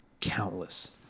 Countless